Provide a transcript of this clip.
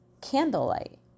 candlelight